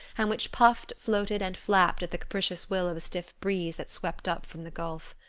and which puffed, floated, and flapped at the capricious will of a stiff breeze that swept up from the gulf.